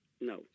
No